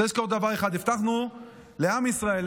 צריך לזכור דבר אחד: הבטחנו לעם ישראל,